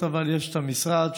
אבל יש את המשרד,